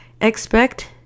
expect